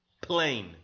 Plain